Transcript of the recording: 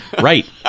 Right